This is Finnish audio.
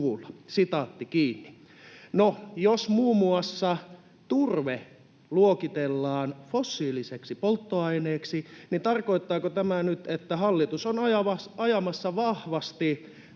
No, jos muun muassa turve luokitellaan fossiiliseksi polttoaineeksi, niin tarkoittaako tämä nyt sitä, että hallitus on vahvasti